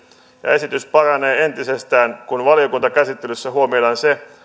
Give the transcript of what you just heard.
ja esitys paranee entisestään kun valiokuntakäsittelyssä huomioidaan se